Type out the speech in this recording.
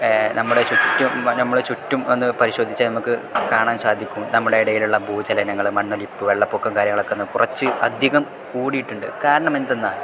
നമ്മുടെ ചുറ്റും നമ്മുടെ ചുറ്റും ഒന്ന് പരിശോധിച്ചാൽ നമുക്ക് കാണാൻ സാധിക്കും നമ്മുടെ ഇടയിലുള്ള ഭൂചലനങ്ങൾ മണ്ണൊലിപ്പ് വെള്ളപ്പൊക്കം കാര്യങ്ങളൊക്കെ ഇന്ന് കുറച്ച് അധികം കൂടിയിട്ടുണ്ട് കാരണം എന്തെന്നാൽ